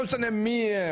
לא משנה מי הם,